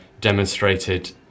demonstrated